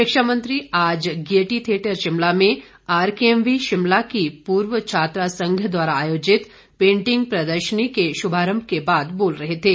शिक्षा मंत्री आज गेयटी थियेटर शिमला में आरकेएमवी शिमला की पूर्व छात्रा संघ द्वारा आयोजित पेंटिग प्रदर्शनी के शुभारंभ के बाद बोल रहे थे